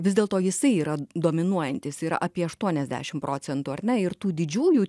vis dėlto jisai yra dominuojantis yra apie aštuoniasdešim procentų ar ne ir tų didžiųjų